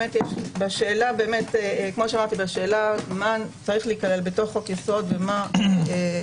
בשאלה מה צריך להיכלל בחוק יסוד ומה לא